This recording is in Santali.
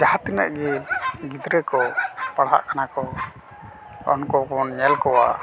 ᱡᱟᱦᱟᱸ ᱛᱤᱱᱟᱹᱜ ᱜᱮ ᱜᱤᱫᱽᱨᱟᱹ ᱠᱚ ᱯᱟᱲᱦᱟᱜ ᱠᱟᱱᱟ ᱠᱚ ᱩᱱᱠᱩ ᱵᱚᱱ ᱧᱮᱞ ᱠᱚᱣᱟ